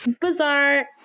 Bizarre